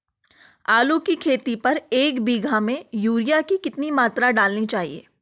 आलू की खेती पर एक बीघा में यूरिया की कितनी मात्रा डालनी चाहिए?